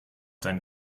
dein